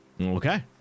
okay